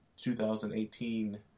2018